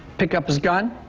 pick up his gun